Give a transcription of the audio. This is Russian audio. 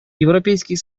европейский